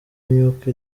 imyuka